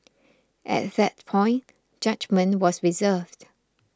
at that point judgement was reserved